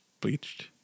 bleached